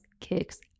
kicks